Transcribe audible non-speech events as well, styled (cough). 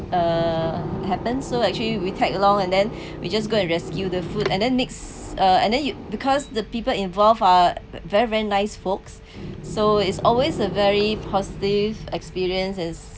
uh happens so actually we tag along and then (breath) we just go and rescue the food and then makes uh and then you because the people involved are very very nice folks so it's always a very positive experience and